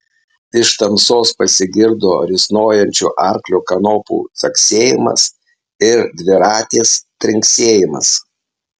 iš tamsos pasigirdo risnojančio arklio kanopų caksėjimas ir dviratės trinksėjimas